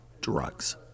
drugs